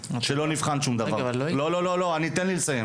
לא נבחן ולא נבדק.